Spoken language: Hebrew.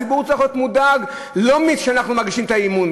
הציבור צריך להיות מודאג לא מזה שאנחנו מגישים את האי-אמון,